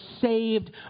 saved